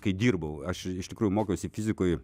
kai dirbau aš iš tikrųjų mokiausi fizikoj